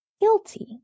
guilty